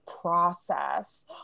process